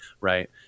Right